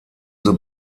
the